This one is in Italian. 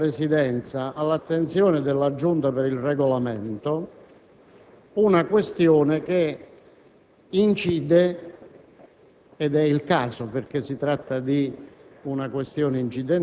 e soprattutto, attraverso la Presidenza, all'attenzione della Giunta per il Regolamento, una questione che incide